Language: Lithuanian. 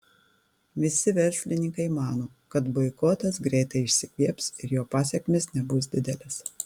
visi verslininkai mano kad boikotas greitai išsikvėps ir jo pasekmės nebus didelės